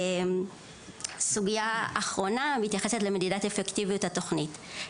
סוגייה אחרונה מתייחסת למדידת אפקטיביות התוכנית.